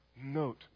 note